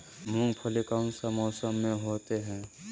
मूंगफली कौन सा मौसम में होते हैं?